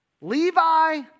Levi